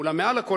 אולם מעל לכול,